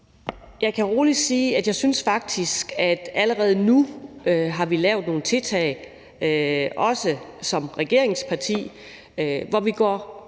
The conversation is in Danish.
Jeg kan roligt sige, at jeg faktisk synes, at vi allerede nu har lavet nogle tiltag, også som regeringsparti, hvor vi går